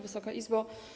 Wysoka Izbo!